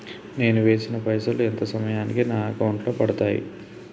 నేను వేసిన పైసలు ఎంత సమయానికి నా అకౌంట్ లో పడతాయి?